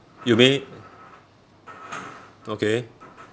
you mean okay